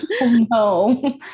No